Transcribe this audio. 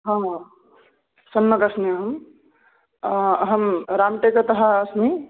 हा सम्यगस्मि अहं अहं राम्टेकतः अस्मि